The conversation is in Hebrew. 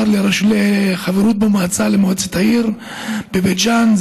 שנבחר לחברות במועצה למועצת העיר בבית ג'ן,